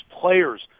players